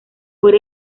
por